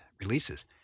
releases